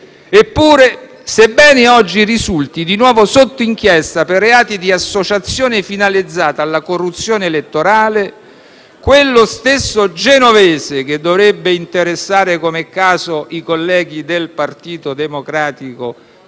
Eppure, sebbene oggi risulti di nuovo sotto inchiesta per reati di associazione finalizzata alla corruzione elettorale, quello stesso Genovese, che dovrebbe interessare come caso i colleghi del Partito Democratico,